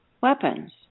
weapons